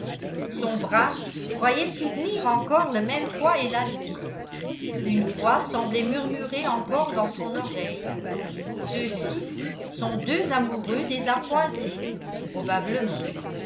son bras croyait soutenir encore le même poids élastique une voix semblait murmurer encore dans son oreille ceux-ci sont deux amoureux désappointés probablement